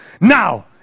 Now